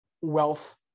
wealth